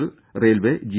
L railway G